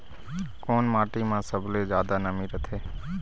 कोन माटी म सबले जादा नमी रथे?